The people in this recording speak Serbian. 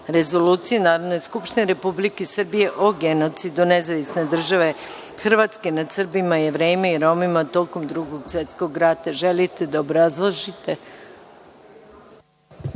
rezolucije Narodne skupštine Republike Srbije o genocidu nezavisne države Hrvatske nad Srbima, Jevrejima i Romima tokom Drugog svetskog rata. Želite li da obrazložite?